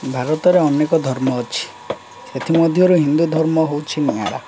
ଭାରତର ଅନେକ ଧର୍ମ ଅଛି ସେଥିମଧ୍ୟରୁ ହିନ୍ଦୁ ଧର୍ମ ହେଉଛି ନଆରା